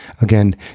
Again